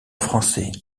français